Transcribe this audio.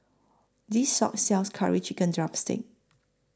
This Shop sells Curry Chicken Drumstick